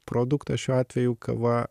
produktas šiuo atveju kava